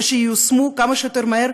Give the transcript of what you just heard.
ושהן ייושמו כמה שיותר מהר,